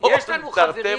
יש את המפיקים.